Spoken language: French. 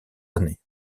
années